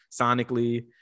sonically